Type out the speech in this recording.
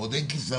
עוד אין כיסאות